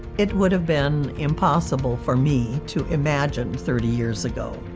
it would have been impossible for me to imagine, thirty years ago,